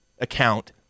account